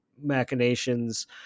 machinations